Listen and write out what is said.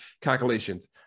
calculations